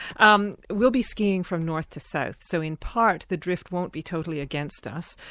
um we'll be skiing from north to south, so in part, the drift won't be totally against us.